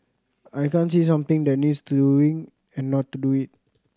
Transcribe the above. I can't see something that needs doing and not do it